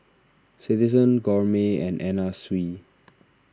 Citizen Gourmet and Anna Sui